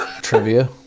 trivia